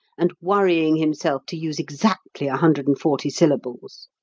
and worrying himself to use exactly a hundred and forty syllables?